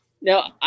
Now